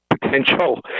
potential